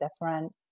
different